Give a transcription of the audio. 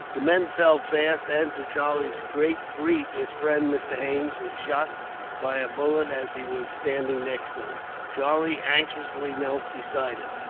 the men fell fast and, to charlie's great grief, his friend mr. haines was shot by a bullet, as he was standing next to him. charlie anxiously knelt beside him.